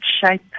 shape